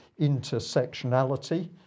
intersectionality